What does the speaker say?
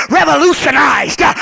revolutionized